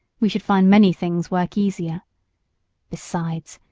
we should find many things work easier besides,